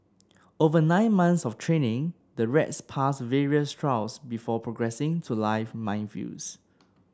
over nine months of training the rats pass various trials before progressing to live minefields